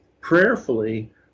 prayerfully